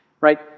Right